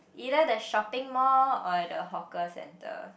either the shopping mall or the hawker center